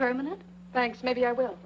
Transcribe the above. permanent thanks maybe i will